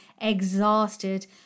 exhausted